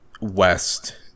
west